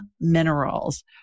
Minerals